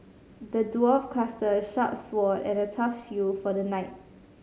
the dwarf a sharp sword and a tough shield for the knight